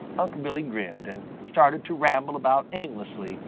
unc' billy grinned and started to ramble about aimlessly,